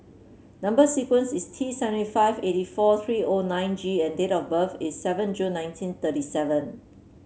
number sequence is T seventy five eighty four three O nine G and date of birth is seven June nineteen thirty seven